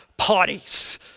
parties